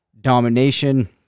domination